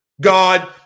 God